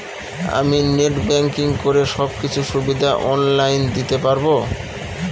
আমি net banking করে সব কিছু সুবিধা অন লাইন দিতে পারবো?